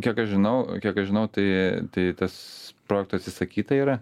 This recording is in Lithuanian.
kiek aš žinau kiek aš žinau tai tai tas projekto atsisakyta yra